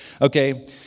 Okay